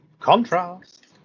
Contrast